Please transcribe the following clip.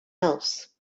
else